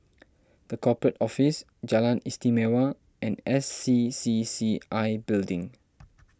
the Corporate Office Jalan Istimewa and S C C C I Building